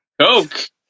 Coke